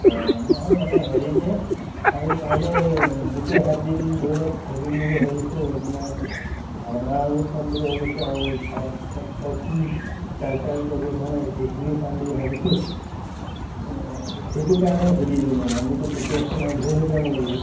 অঁ নহয় মানে হেৰি যে আমি পাৰিলে গোটেই সাতদিন ধৰি লওক থাকিম বুলি ভাবিছোঁ আপোনাৰ ভাওনাও চাম বুলি ভাবিছোঁ আৰু কি কালচাৰেল প্ৰগ্ৰেম হয় সেইখিনিও চাম বুলি ভাবিছোঁ সেইটো কাৰণে সুধিলোঁ মানে আমিতো প্ৰিপেৰেশ্যন হৈ যাব লাগিব